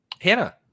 Hannah